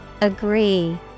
Agree